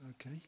okay